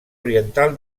oriental